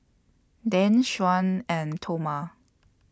Dan Shyann and Toma